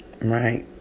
right